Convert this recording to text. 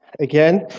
again